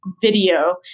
video